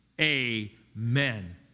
Amen